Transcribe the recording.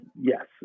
Yes